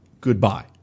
Goodbye